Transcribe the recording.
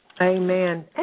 Amen